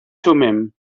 thummim